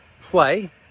play